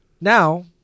now